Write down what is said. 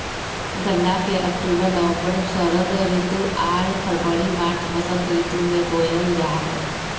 गन्ना के अक्टूबर नवम्बर षरद ऋतु आर फरवरी मार्च बसंत ऋतु में बोयल जा हइ